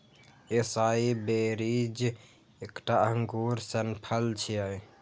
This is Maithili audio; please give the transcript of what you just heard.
एसाई बेरीज एकटा अंगूर सन फल छियै